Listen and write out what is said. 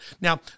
Now